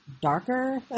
darker